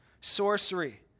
sorcery